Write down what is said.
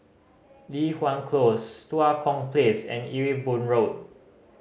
Li Hwan Close Tua Kong Place and Ewe Boon Road